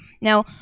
Now